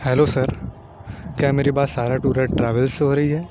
hello sir کیا میری بات سہارا ٹور اینڈ ٹراویلس سے ہو رہی ہے